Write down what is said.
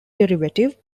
derivative